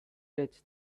its